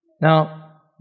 Now